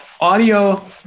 audio